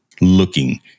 looking